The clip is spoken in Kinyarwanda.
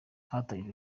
hatangijwe